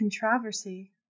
Controversy